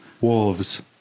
Wolves